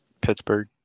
Pittsburgh